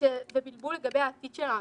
ובבלבול לגבי העתיד שלנו,